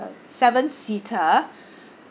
seven seater